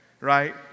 right